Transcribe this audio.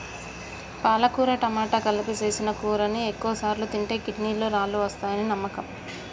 పాలకుర టమాట కలిపి సేసిన కూరని ఎక్కువసార్లు తింటే కిడ్నీలలో రాళ్ళు వస్తాయని నమ్మకం